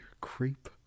creep